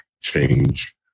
change